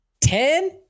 Ten